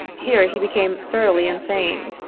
here he became thoroughly insane.